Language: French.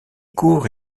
cours